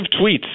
tweets